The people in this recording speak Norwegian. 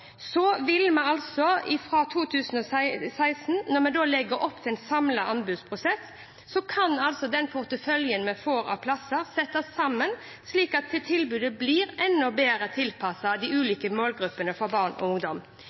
vi legger opp til en samlet anbudsprosess – vil porteføljen av plasser fra 2016 settes sammen slik at tilbudet blir enda bedre tilpasset de ulike målgruppene av barn og ungdom.